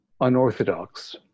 unorthodox